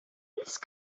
these